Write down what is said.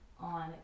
on